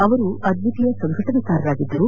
ಅವರು ಅದ್ವಿತೀಯ ಸಂಘಟನಾಕಾರರಾಗಿದ್ದರು